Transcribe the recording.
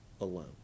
alone